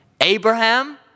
Abraham